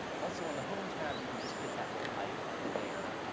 also, on the home tab, you can just hit that little icon there,